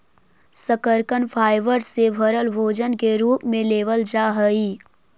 शकरकन फाइबर से भरल भोजन के रूप में लेबल जा हई